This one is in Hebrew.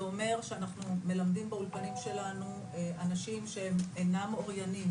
זה אומר שאנחנו מלמדים באולפנים שלנו אנשים שאינם אוריינים,